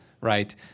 right